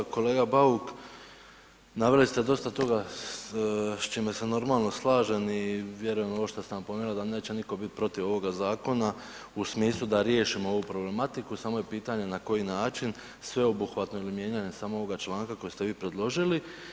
Kolega Bauk naveli ste dosta toga s čime se normalno slažem i vjerujem ovo što ste napomenuli da neće nitko bit protiv ovoga zakona u smislu da riješimo ovu problematiku, samo je pitanje na koji način sveobuhvatno ili mijenjanjem samo ovoga članka koji ste vi predložili.